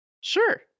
sure